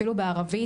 אפילו בערבית,